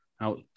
out